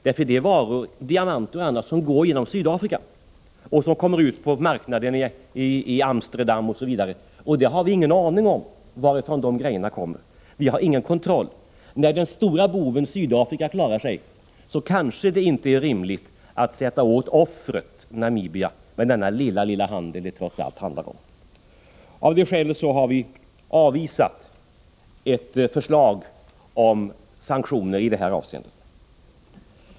Det gäller varor — diamanter och annat — som går genom Sydafrika och som kommer ut på marknaden i Amsterdam och på andra ställen. Vi har ingen aning om varifrån de sakerna kommer — det har vi ingen kontroll över. När den stora boven, Sydafrika, klarar sig är det kanske inte rimligt att sätta åt offret, Namibia, för den lilla handel som det trots allt rör sig om. Av det skälet har vi avvisat ett förslag om sanktioner i detta avseende.